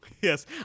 Yes